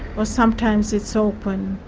or sometimes it's open.